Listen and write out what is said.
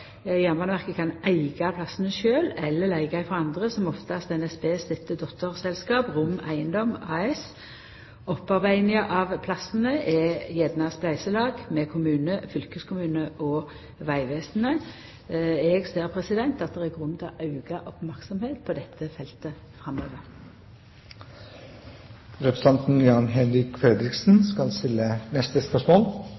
Jernbaneverket kan eiga plassane sjølv eller leiga frå andre, som oftast NSB sitt dotterselskap Rom Eigedom AS. Opparbeiding av plassane er gjerne eit spleiselag med kommune, fylkeskommune og Vegvesenet. Eg ser at det er grunn til å ha auka merksemd på dette feltet